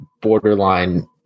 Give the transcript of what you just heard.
borderline